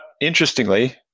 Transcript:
interestingly